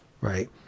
right